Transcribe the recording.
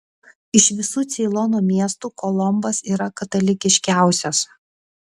iš visų ceilono miestų kolombas yra katalikiškiausias